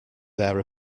their